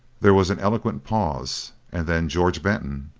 there was an eloquent pause, and then george benton,